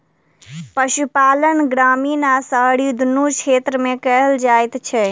पशुपालन ग्रामीण आ शहरी दुनू क्षेत्र मे कयल जाइत छै